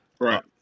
right